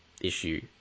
issue